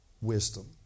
wisdom